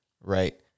right